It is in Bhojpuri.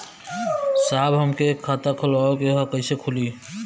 साहब हमके एक खाता खोलवावे के ह कईसे खुली?